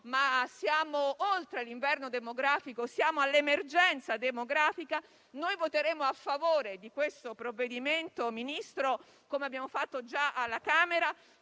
ma siamo oltre l'inverno demografico, siamo all'emergenza demografica. Voteremo a favore del provvedimento al nostro esame, Ministro, come abbiamo fatto già alla Camera